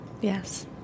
Yes